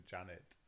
Janet